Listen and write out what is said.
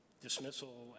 dismissal